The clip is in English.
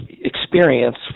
experience